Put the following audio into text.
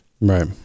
Right